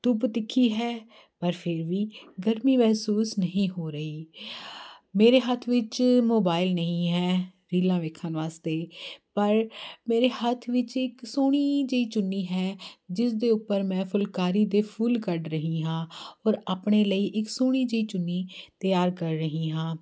ਧੁੱਪ ਤਿੱਖੀ ਹੈ ਪਰ ਫਿਰ ਵੀ ਗਰਮੀ ਮਹਿਸੂਸ ਨਹੀਂ ਹੋ ਰਹੀ ਮੇਰੇ ਹੱਥ ਵਿੱਚ ਮੋਬਾਇਲ ਨਹੀਂ ਹੈ ਰੀਲਾਂ ਵੇਖਣ ਵਾਸਤੇ ਪਰ ਮੇਰੇ ਹੱਥ ਵਿੱਚ ਇੱਕ ਸੋਹਣੀ ਜਿਹੀ ਚੁੰਨੀ ਹੈ ਜਿਸ ਦੇ ਉੱਪਰ ਮੈਂ ਫੁਲਕਾਰੀ ਦੇ ਫੁੱਲ ਕੱਢ ਰਹੀ ਹਾਂ ਔਰ ਆਪਣੇ ਲਈ ਇੱਕ ਸੋਹਣੀ ਜਿਹੀ ਚੁੰਨੀ ਤਿਆਰ ਕਰ ਰਹੀ ਹਾਂ